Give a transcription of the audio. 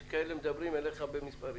יש כאלה שמדברים אליך במספרים.